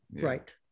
right